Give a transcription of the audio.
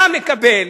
אתה מקבל,